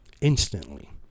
Instantly